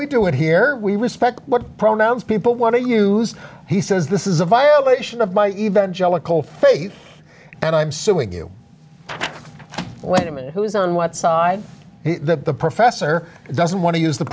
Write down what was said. we do it here we respect what pronouns people want to use he says this is a violation of my evangelical faith and i'm suing you women who's on what side the professor doesn't want to use the